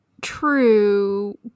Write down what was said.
True